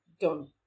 done